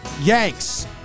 Yanks